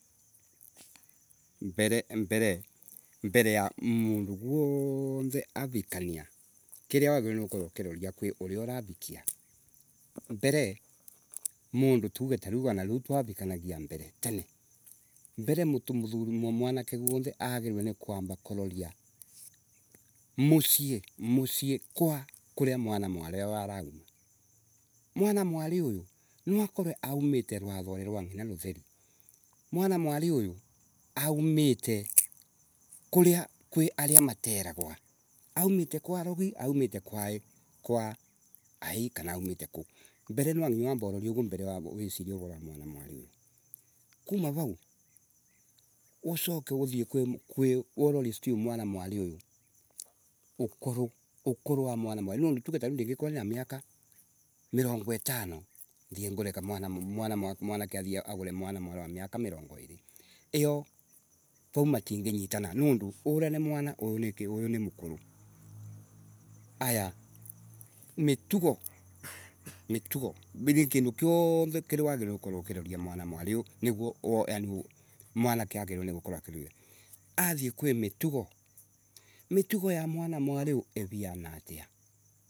Mberembere mbere ya mundu wuoothe araikania, kiria uratia gukorwa ukiroria kwi uria urarikia, mbere mondu tuaue tariu wanariu twarikanangia mbere, tene, mbere mutumuthumwanake wuothe agirirwe ni kuamba kuroria mucii, mucii kwa kuria mwanamwaria huyu arauma. Mwanamwari huyu akorwe aumite rwathori w angina mutheri. Mwanamwari huyu aumite kuria kwi aria mategarwa. Aumite kwa arogi, aumite kwa aii kana aumite ku. Mbere nwanginya wambe urorie uguo mbere wisirie uroro wa mwanamwari huyu. Kuma vaa, usoke uthii kwikwi urorie mwanamwari Huyu, uko ukoro wa mwanamari uu, nondu toge tariu ndingikora ni na miaka mirongo itano, thii ngure kamwanamwanamwanake athii agure mwanamwari wa miaka mirongoiri. Iyo matinginyitana niundu, uria ni mwana, huyu ni ki uyu ni mukuru. Aya. mitugo, mitugooo gwi kindu kiothe kiria wagirire gukorwa ukiroria mwanamwari huyu niguo oyaani mwanake agirire gukorwa akiroria. Athii kwi mitugo. Mitugo ya mwanamwari huyo irana atia